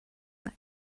that